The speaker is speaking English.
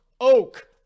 Oak